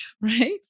right